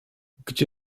gdzie